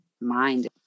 mind